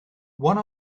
one